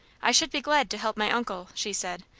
i should be glad to help my uncle, she said,